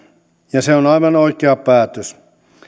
ja se on on aivan oikea päätös